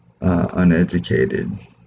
uneducated